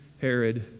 Herod